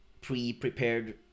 pre-prepared